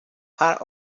part